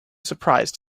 surprise